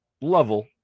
level